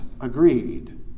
agreed